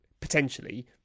potentially